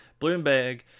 Bloomberg